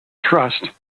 trust